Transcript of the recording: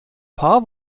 paar